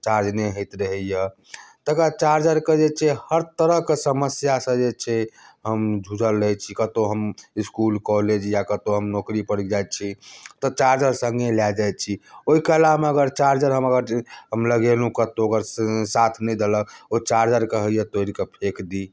charge नहि होयत रहैया तकर बाद चार्जरकऽ जे छै हर तरह कऽ समस्यासँ जे छै हम जुझल रहैत छी कतहुँ हम इसकुल कॉलेज या कतहुँ हम नौकरी पर जाइत छी तऽ चार्जर सङ्गे लए जाइत छी ओहि कलामे चार्जर हम अगर हम लगेलहुँ कतहुँ अगर साथ नहि देलक ओ चार्जरके होइया तोड़ि कऽ फेक दी